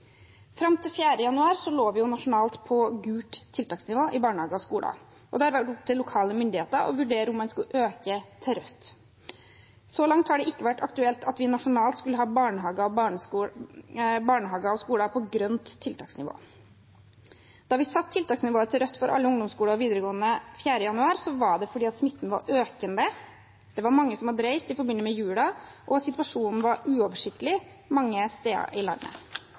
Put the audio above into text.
Fram til 4. januar lå vi nasjonalt på gult tiltaksnivå i barnehager og skoler, og da var det opp til lokale myndigheter å vurdere om man skulle øke til rødt. Så langt har det ikke vært aktuelt at vi nasjonalt skulle ha barnehager og skoler på grønt tiltaksnivå. Da vi satte tiltaksnivået til rødt for alle ungdomsskoler og videregående den 4. januar, var det fordi smitten var økende. Det var mange som hadde reist i forbindelse med julen, og situasjonen var uoversiktlig mange steder i landet.